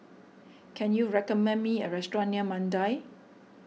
can you recommend me a restaurant near Mandai